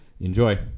Enjoy